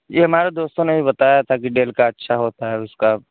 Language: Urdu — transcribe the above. جی ہمارے دوستوں نے ہی بتایا تھا کہ ڈیل کا اچھا ہوتا ہے اس کا